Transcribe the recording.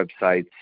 websites